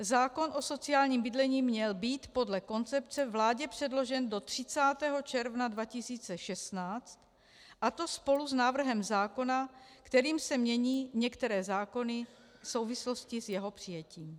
Zákon o sociálním bydlení měl být podle koncepce vládě předložen do 30. června 2016, a to spolu s návrhem zákona, kterým se mění některé zákony v souvislosti s jeho přijetím.